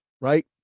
right